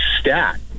stat